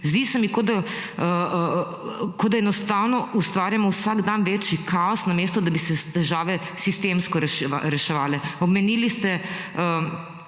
Zdi se mi, kot da enostavno ustvarjamo vsak dan večji kaos, namesto da bi se težave sistemsko reševale. Omenili ste